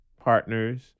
partners